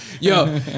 yo